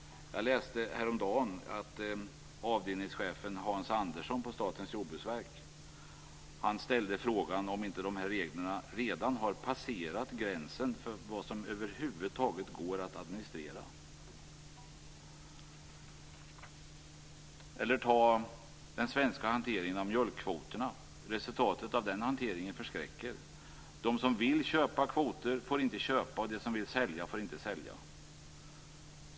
Jag läste häromdagen att avdelningschefen Hans Andersson på Statens jordbruksverk ställde frågan om inte dessa regler redan har passerat gränsen för vad som över huvud taget går att administrera. Jag kan också ta exemplet med den svenska hanteringen av mjölkkvoterna. Resultatet av den hanteringen förskräcker. De som vill köpa kvoter får inte köpa, och de som vill sälja får inte sälja.